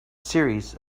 series